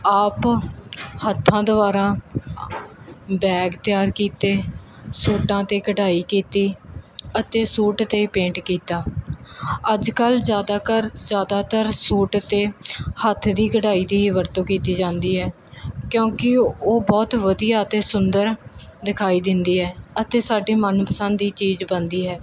ਆਪ ਹੱਥਾਂ ਦੁਆਰਾ ਬੈਗ ਤਿਆਰ ਕੀਤੇ ਸੂਟਾਂ 'ਤੇ ਕਢਾਈ ਕੀਤੀ ਅਤੇ ਸੂਟ 'ਤੇ ਪੇਂਟ ਕੀਤਾ ਅੱਜ ਕੱਲ੍ਹ ਜ਼ਿਆਦਾ ਘਰ ਜ਼ਿਆਦਾਤਰ ਸੂਟ 'ਤੇ ਹੱਥ ਦੀ ਕਢਾਈ ਦੀ ਹੀ ਵਰਤੋਂ ਕੀਤੀ ਜਾਂਦੀ ਹੈ ਕਿਉਂਕਿ ਉਹ ਬਹੁਤ ਵਧੀਆ ਅਤੇ ਸੁੰਦਰ ਦਿਖਾਈ ਦਿੰਦੀ ਹੈ ਅਤੇ ਸਾਡੀ ਮਨਪਸੰਦ ਦੀ ਚੀਜ਼ ਬਣਦੀ ਹੈ